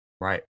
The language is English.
Right